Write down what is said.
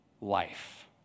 life